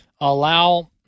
allow